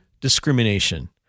discrimination